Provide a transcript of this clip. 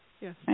Yes